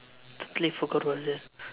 totally forgot what is that